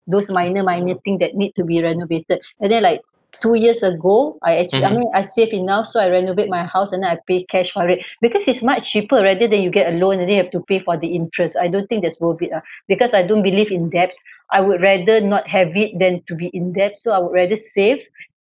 those minor minor thing that need to be renovated and then like two years ago I actu~ I mean I save in now so I renovate my house and then I pay cash for it because it's much cheaper rather than you get a loan and then you have to pay for the interest I don't think that's worth it ah because I don't believe in debts I would rather not have it then to be in debt so I would rather save